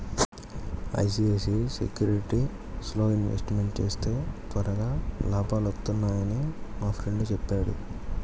ICICI సెక్యూరిటీస్లో investment చేస్తే త్వరగా లాభాలొత్తన్నయ్యని మా ఫ్రెండు చెప్పాడు